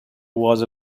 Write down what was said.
was